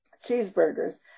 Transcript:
cheeseburgers